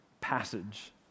passage